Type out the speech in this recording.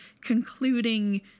concluding